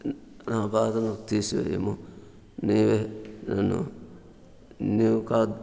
నా బాధలను తీసేయుము నీవే నన్ను నీవు